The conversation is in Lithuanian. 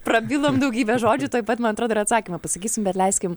prabilom daugybe žodžių tuoj pat man atrodo ir atsakymą pasakysim bet leiskim